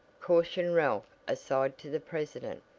cautioned ralph aside to the president,